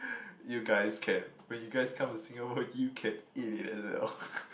you guys can when you guys come to Singapore you can eat it as well